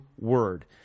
word